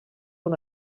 una